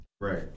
Right